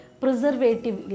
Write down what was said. preservative